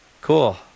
Cool